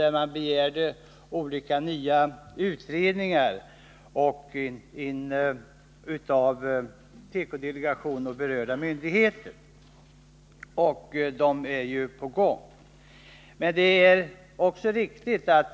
Det begärdes att nya utredningar skulle tillsättas av tekodelegationen och berörda myndigheter. Dessa utredningar är också på gäng.